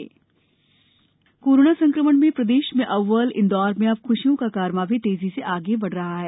ख़शियों का कारवा कोरोना संक्रमण में प्रदेश में अव्वल इंदौर में अब ख्शियों का कारवां भी तेजी से आगे बढ़ रहा है